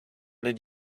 did